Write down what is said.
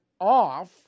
off